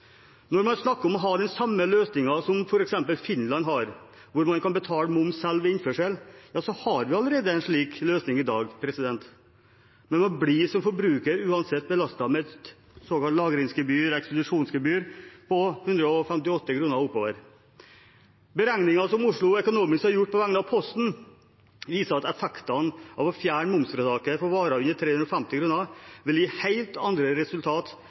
Når man snakker om å ha den samme løsningen som f.eks. Finland har, hvor man kan betale moms selv ved innførsel, ja så har vi allerede en slik løsning i dag. Men man blir som forbruker uansett belastet med et såkalt lagrings-/ekspedisjonsgebyr på 158 kr og oppover. Beregninger som Oslo Economics har gjort på vegne av Posten, viser at å fjerne momsfritaket for varer under 350 kr vil gi helt andre resultater